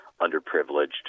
underprivileged